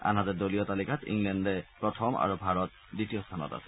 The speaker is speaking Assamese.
আনহাতে দলীয় তালিকাত ইংলেণ্ড প্ৰথম আৰু ভাৰত দ্বিতীয় স্থানত আছে